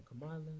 Kamala